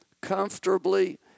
comfortably